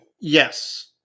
Yes